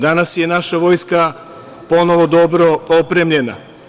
Danas je naša vojska ponovo dobro opremljena.